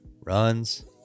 runs